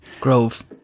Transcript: grove